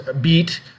beat